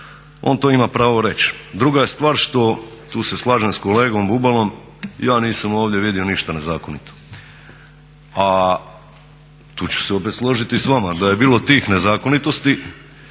on to ima pravo reći. Druga je stvar što, tu se slažem s kolegom Bubalom, ja nisam ovdje vidio ništa nezakonito. A tu ću se opet složiti i s vama da je bilo tih nezakonitosti